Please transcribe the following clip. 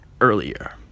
earlier